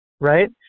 right